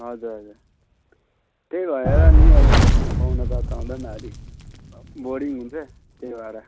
हजुर हजुर त्यही भनेर नि अलिक पाहुना पात आउँदा नि अलिक बोरिङ हुन्छ त्यही भएर